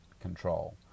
control